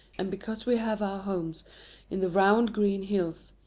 and because we have our homes in the round green hills,